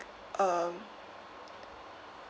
um